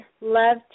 love